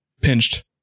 pinched